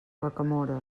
rocamora